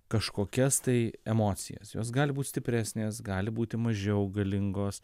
kažkokias tai emocijas jos gali būt stipresnės gali būti mažiau galingos